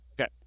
okay